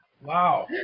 Wow